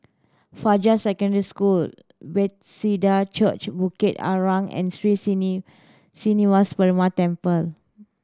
Fajar Secondary School Bethesda Church Bukit Arang and Sri Srinivasa Perumal Temple